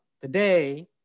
today